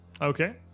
Okay